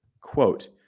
Quote